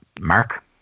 Mark